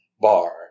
bar